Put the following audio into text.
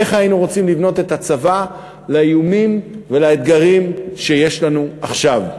איך היינו רוצים לבנות את הצבא לאיומים ולאתגרים שיש לנו עכשיו.